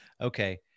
Okay